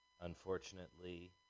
Unfortunately